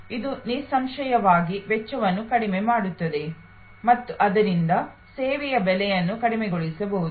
ಇದು ನಿಸ್ಸಂಶಯವಾಗಿ ವೆಚ್ಚವನ್ನು ಕಡಿಮೆ ಮಾಡುತ್ತದೆ ಮತ್ತು ಆದ್ದರಿಂದ ಸೇವೆಯ ಬೆಲೆಯನ್ನು ಕಡಿಮೆಗೊಳಿಸಬಹುದು